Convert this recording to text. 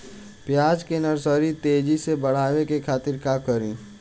प्याज के नर्सरी तेजी से बढ़ावे के खातिर का करी?